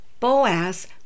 Boaz